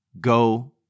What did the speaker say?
Go